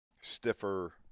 stiffer